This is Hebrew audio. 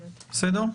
בסדר.